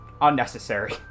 Unnecessary